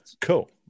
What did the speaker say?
Cool